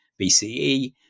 BCE